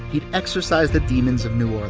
he'd exorcised the demons of new orleans.